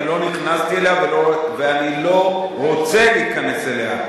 אני לא נכנסתי אליה ואני לא רוצה להיכנס אליה.